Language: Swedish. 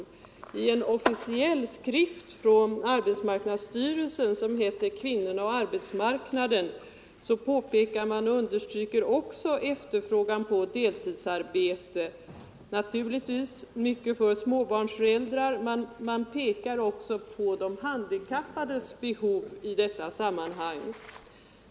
Och i en officiell skrift från arbetsmarknadsstyrelsen som heter Kvinnorna och arbetsmarknaden understryker man också den efterfrågan som råder på deltidsarbeten. Ofta är det naturligtvis småbarnsföräldrar som vill ha sådant arbete, men man pekar på att också de handikappade har behov av sådant arbete.